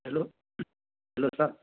hello hello sir